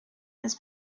his